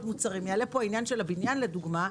מוצרים יעלה פה העניין של הבניין לדוגמה,